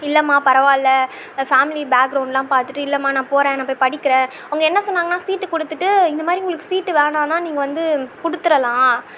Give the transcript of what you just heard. இல்லைமா பரவாயில்ல ஃபேமிலி பேக்ரௌண்ட்லாம் பார்த்துட்டு இல்லைமா நான் போகிறேன் நான் படிக்கிறேன் அவங்க என்ன சொன்னாங்கன்னால் சீட்டு கொடுத்துட்டு இந்தமாதிரி உங்களுக்கு சீட்டு வேணான்னால் நீங்கள் வந்து கொடுத்துறலாம்